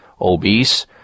obese